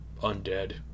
Undead